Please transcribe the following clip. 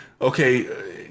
okay